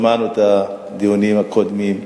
שמענו את הדיונים הקודמים.